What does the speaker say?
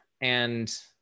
And-